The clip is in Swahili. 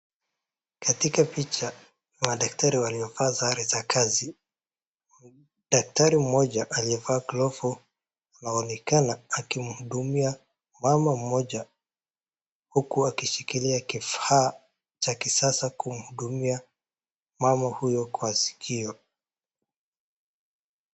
Katika picha madaktari waliovaa sare za kazi, daktari mmoja aliye vaa glovu anaonekana akimhudumia mama mmoja huku akishikilia kifaa cha kisasa kumhudumia mama huyo kwa skio.